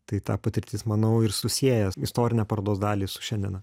tai ta patirtis manau ir susieją istorinę parodos dalį su šiandiena